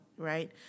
Right